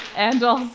and